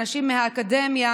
אנשים מהאקדמיה,